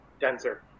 denser